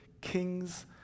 kings